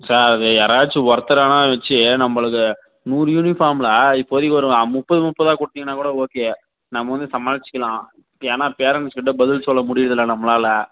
sir அது யாராச்சும் ஒருத்தரானா வெச்சு நம்மளுக்கு நூறு யூனிஃபார்மில் இப்போதைக்கு ஒரு அம் முப்பது முப்பதாக கொடுத்தீங்கன்னா கூட ஓகே நம்ம வந்து சமாளிச்சிக்கலாம் ஏன்னால் பேரெண்ட்ஸ் கிட்ட பதில் சொல்ல முடியுறதில்ல நம்மளால்